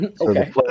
Okay